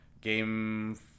Game